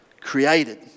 Created